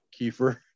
Kiefer